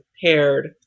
paired